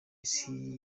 isi